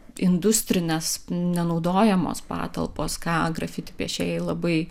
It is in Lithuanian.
industrinės nenaudojamos patalpos ką grafiti piešėjai labai